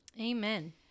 Amen